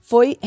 Foi